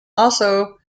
also